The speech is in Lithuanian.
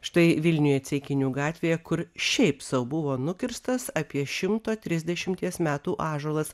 štai vilniuje ceikinių gatvėje kur šiaip sau buvo nukirstas apie šimto trisdešimties metų ąžuolas